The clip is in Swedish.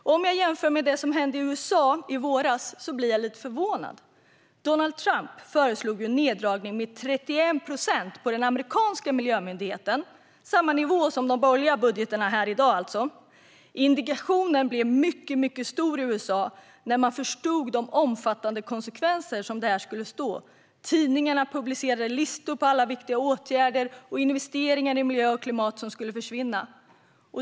Om jag jämför med det som hände i USA i våras blir jag lite förvånad. Donald Trump föreslog en neddragning med 31 procent på den amerikanska miljöbudgeten. Det är alltså samma nivå som i de borgerliga budgetarna här i dag. Indignationen blev mycket stor i USA när man förstod vilka omfattande konsekvenser detta skulle få. Tidningarna publicerade listor på alla viktiga åtgärder och investeringar i miljö och klimat som skulle försvinna.